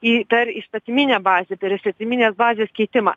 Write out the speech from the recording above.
į per įstatyminę bazę per įstatyminės bazės keitimą